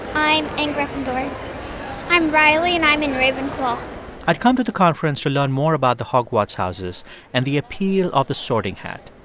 i'm in gryffindor i'm riley, and i'm in ravenclaw i'd come to the conference to learn more about the hogwarts houses and the appeal of the sorting hat.